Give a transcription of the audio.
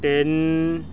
ਤਿੰਨ